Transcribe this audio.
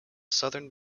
southern